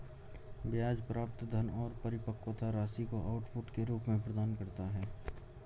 ब्याज प्राप्त धन और परिपक्वता राशि को आउटपुट के रूप में प्रदान करता है